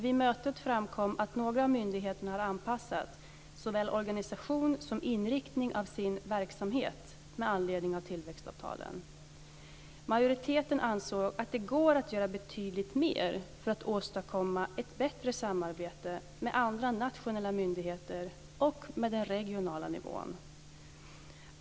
Vid mötet framkom att några av myndigheterna har anpassat såväl organisation som inriktning av sin verksamhet med anledning av tillväxtavtalen. Majoriteten ansåg att det går att göra betydligt mer för att åstadkomma ett bättre samarbete med andra nationella myndigheter och med den regionala nivån.